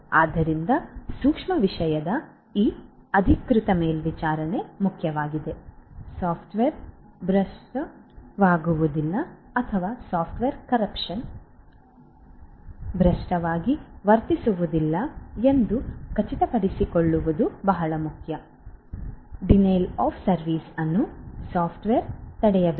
ಆದ್ದರಿಂದ ಸೂಕ್ಷ್ಮ ವಿಷಯದ ಈ ಅಧಿಕೃತ ಮೇಲ್ವಿಚಾರಣೆ ಮುಖ್ಯವಾಗಿದೆ ಸಾಫ್ಟ್ವೇರ್ ಭ್ರಷ್ಟವಾಗುವುದಿಲ್ಲ ಅಥವಾ ಭ್ರಷ್ಟವಾಗಿ ವರ್ತಿಸುವುದಿಲ್ಲ ಎಂದು ಖಚಿತಪಡಿಸಿಕೊಳ್ಳುವುದು ಬಹಳ ಮುಖ್ಯ ಡಿನೈಲ್ ಆಫ್ ಸರ್ವಿಸ್ ಅನ್ನು ಸಾಫ್ಟ್ವೇರ್ ತಡೆಯಬೇಕು